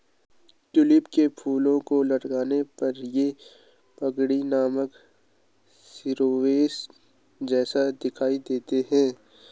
tulip के फूलों को पलटने पर ये पगड़ी नामक शिरोवेश जैसे दिखाई देते हैं